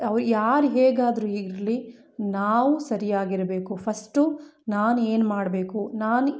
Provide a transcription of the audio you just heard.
ಅವ ಯಾರು ಹೇಗಾದರು ಇರಲಿ ನಾವು ಸರಿಯಾಗಿರಬೇಕು ಫಸ್ಟು ನಾನೇನು ಮಾಡಬೇಕು ನಾನು